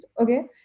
Okay